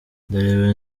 ndareba